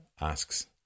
Asks